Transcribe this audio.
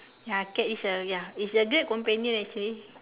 ya cat is a ya it's a great companion actually